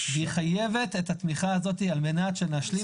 והיא חייבת את התמיכה הזאת כדי שנשלים